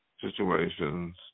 situations